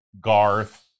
Garth